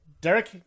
Derek